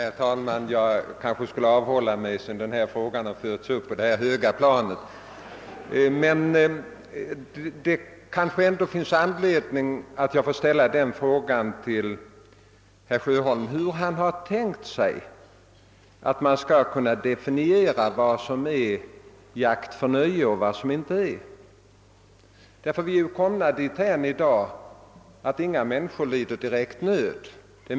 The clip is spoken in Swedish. Herr talman! Jag kanske skulle avhålla mig från att ta till orda sedan frågan har förts upp på detta höga plan, men jag har anledning att fråga herr Sjöholm hur han har tänkt sig att man skall kunna definiera vad som är jakt för nöjes skull och vad som inte är det. Vi är ju komna dithän i dag att inga människor lider direkt nöd.